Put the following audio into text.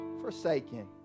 forsaken